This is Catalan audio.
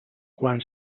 quan